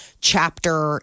chapter